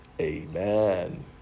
Amen